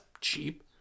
cheap